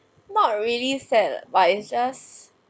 not really sad but it's just